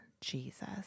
Jesus